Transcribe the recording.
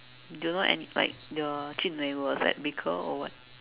do you know any like your Jun-Wei was at beaker or what